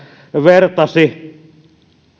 vertasi